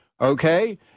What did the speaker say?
okay